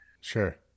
Sure